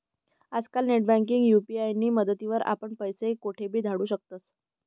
आजकाल नेटबँकिंग आणि यु.पी.आय नी मदतवरी आपण पैसा कोठेबी धाडू शकतस